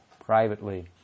privately